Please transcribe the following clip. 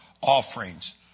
offerings